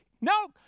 No